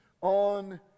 on